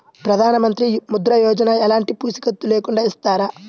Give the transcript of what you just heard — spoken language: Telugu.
ప్రధానమంత్రి ముద్ర యోజన ఎలాంటి పూసికత్తు లేకుండా ఇస్తారా?